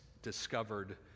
Discovered